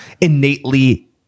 innately